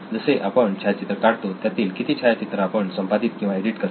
जसे आपण छायाचित्र काढतो त्यातील किती छायाचित्र आपण संपादित किंवा एडिट करतो